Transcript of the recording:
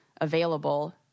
available